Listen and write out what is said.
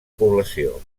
població